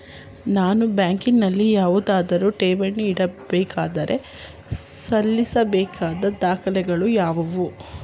ನಾನು ಬ್ಯಾಂಕಿನಲ್ಲಿ ಯಾವುದಾದರು ಠೇವಣಿ ಇಡಬೇಕಾದರೆ ಸಲ್ಲಿಸಬೇಕಾದ ದಾಖಲೆಗಳಾವವು?